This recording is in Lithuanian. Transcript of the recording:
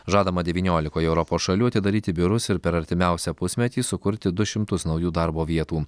žadama devyniolikoje europos šalių atidaryti biurus ir per artimiausią pusmetį sukurti du šimtus naujų darbo vietų